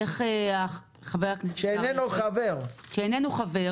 איך מי שאיננו חבר,